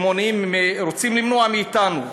שרוצים למנוע מאתנו,